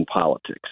politics